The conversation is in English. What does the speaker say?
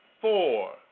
four